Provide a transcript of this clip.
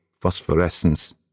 phosphorescence